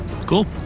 Cool